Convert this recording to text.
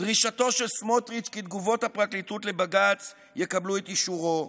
דרישתו של סמוטריץ' כי תגובות הפרקליטות לבג"ץ יקבלו את אישורו,